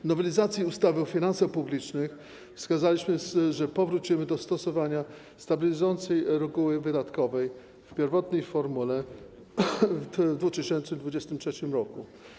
W nowelizacji ustawy o finansach publicznych wskazaliśmy, że powrócimy do stosowania stabilizującej reguły wydatkowej w pierwotnej formule w 2023 r.